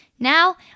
Now